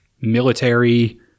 military